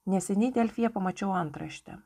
neseniai delfyje pamačiau antraštę